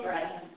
Right